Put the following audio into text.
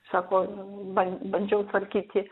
sako ban bandžiau tvarkyti